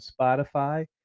spotify